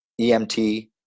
EMT